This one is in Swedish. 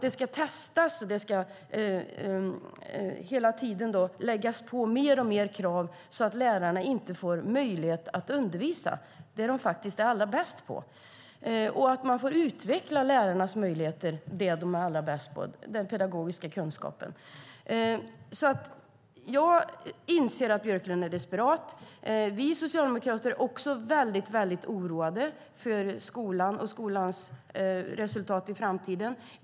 Det ska testas och hela tiden läggas på mer och mer krav, så att lärarna inte får möjlighet att undervisa, det som de faktiskt är allra bäst på. Det handlar om att få utveckla lärarnas möjligheter, det som de är allra bäst på, den pedagogiska kunskapen. Jag inser att Björklund är desperat. Vi socialdemokrater är också väldigt oroade för skolan och skolans resultat i framtiden.